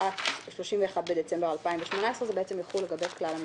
התשע"ט (31 בדצמבר 2018);" זה בעצם יחול לגבי כלל המפלגות.